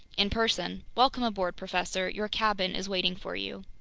in person. welcome aboard, professor. your cabin is waiting for you.